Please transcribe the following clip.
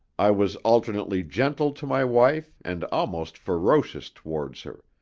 i was alternately gentle to my wife and almost ferocious towards her,